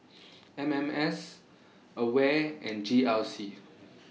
M M S AWARE and G R C